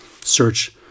search